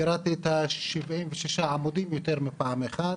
קראתי את 76 העמודים יותר מפעם אחת.